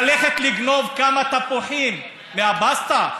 ללכת לגנוב כמה תפוחים מהבסטה,